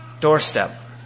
doorstep